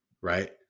right